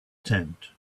tent